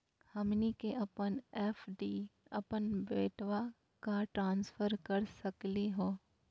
हमनी के अपन एफ.डी अपन बेटवा क ट्रांसफर कर सकली हो?